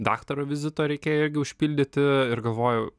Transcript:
daktaro vizito reikėjo irgi užpildyti ir galvoju